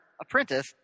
apprentice